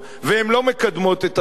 והן לא מקדמות את השלום,